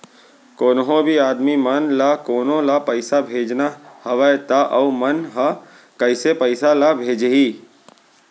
कोन्हों भी आदमी मन ला कोनो ला पइसा भेजना हवय त उ मन ह कइसे पइसा ला भेजही?